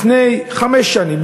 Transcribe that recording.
לפני חמש שנים,